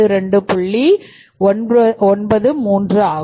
93 ஆகும்